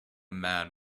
man